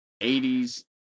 80s